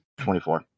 24